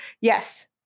Yes